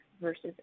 versus